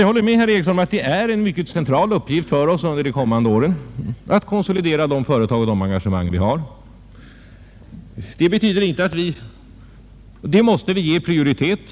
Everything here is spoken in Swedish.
Jag håller med Gunnar Ericsson om att det är en central uppgift för oss under de kommande åren att konsolidera de företag och engagemang vi har. Det måste vi ge prioritet.